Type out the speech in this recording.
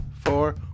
four